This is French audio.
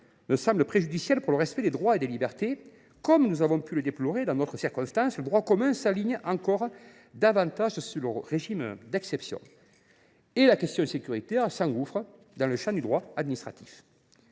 me semble préjudiciable pour le respect des droits et libertés. Comme nous avons déjà pu le déplorer dans d’autres circonstances, le droit commun s’aligne encore davantage sur le régime d’exception. Et la question sécuritaire s’engouffre dans le champ du droit administratif.